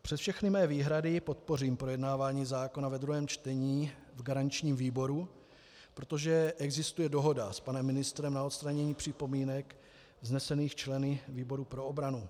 Přes všechny své výhrady podpořím projednávání zákona ve druhém čtení v garančním výboru, protože existuje dohoda s panem ministrem na odstranění připomínek vznesených členy výboru pro obranu.